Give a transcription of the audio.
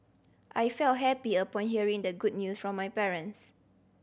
I felt happy upon hearing the good news from my parents